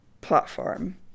platform